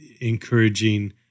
Encouraging